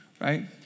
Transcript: right